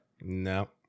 No